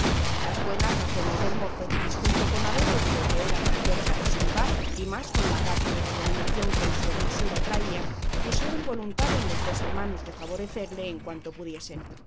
las buenas razones del mozo junto con haber oído que era tan cerca de su lugar y más con la carta de recomendación que en su hermosura traía pusieron voluntad en los dos hermanos de favorecerle en cuanto pudiesen